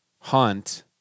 hunt